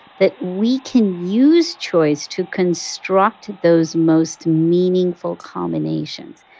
that we can use choice to construct those most meaningful combinations.